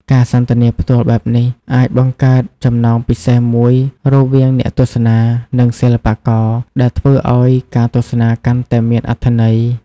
ការសន្ទនាផ្ទាល់បែបនេះអាចបង្កើតចំណងពិសេសមួយរវាងអ្នកទស្សនា និងសិល្បករ ដែលធ្វើឲ្យការទស្សនាកាន់តែមានអត្ថន័យ។